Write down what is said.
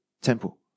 temple